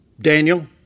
Daniel